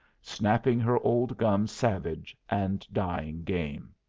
snapping her old gums savage, and dying game.